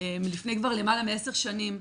מלפני כבר למעלה מעשר שנים.